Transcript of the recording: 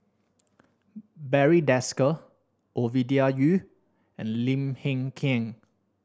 Barry Desker Ovidia Yu and Lim Hng Kiang